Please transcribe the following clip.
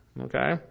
Okay